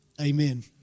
Amen